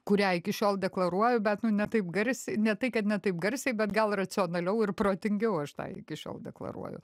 kurią iki šiol deklaruoju bet nu ne taip garsiai ne tai kad ne taip garsiai bet gal racionaliau ir protingiau aš tą iki šiol deklaruoju